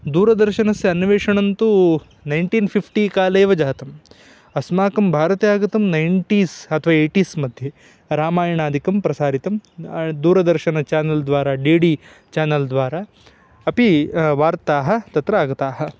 दूरदर्शनस्य अन्वेषणं तु नैण्टीन् फ़िफ़्टी कालेव जातम् अस्माकं भारते आगतं नण्टीस् अथवा ऐटीस् मध्ये रामायणादिकं प्रसारितं दूरदर्शन चानल् द्वारा डि डि चानल् द्वारा अपि वार्ताः तत्र आगताः